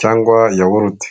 cyangwa yawurute.